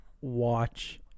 watch